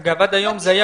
אגב, עד היום זה היה